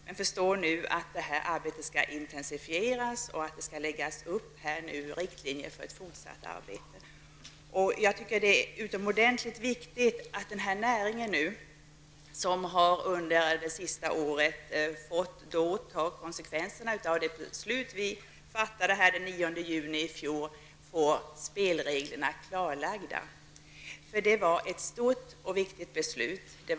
Jag förstår nu att detta arbete skall intensifieras och att det skall dras upp riktlinjer för det fortsatta arbetet. Det är utomordentligt viktigt att denna näring, som under det senaste året har fått ta konsekvenserna av det beslut som riksdagen fattade den 9 juni i fjol, nu får klart för sig vilka spelregler som gäller. Det var ett stort och viktigt beslut som fattades.